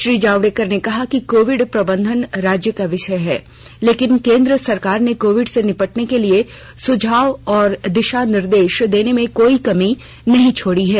श्री जावडेकर ने कहा कि कोविड प्रबंधन राज्य का विषय है लेकिन केन्द्र सरकार ने कोविड से निपटने के लिए सुझाव और दिशा निर्देश देने में कोई कमी नहीं छोडी है